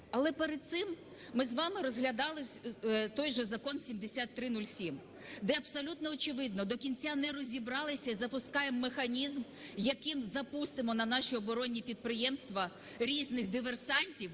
Але перед цим ми з вами розглядали той же Закон 7307, де абсолютно очевидно: до кінця не розібралися і запускаємо механізм, яким запустимо на наші оборонні підприємства різних диверсантів